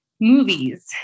movies